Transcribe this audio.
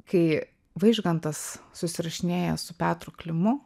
kai vaižgantas susirašinėja su petru klimu